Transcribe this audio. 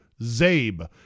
ZABE